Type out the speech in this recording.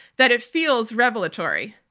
that it feels revelatory.